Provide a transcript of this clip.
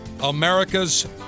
America's